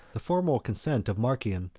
the formal consent of marcian,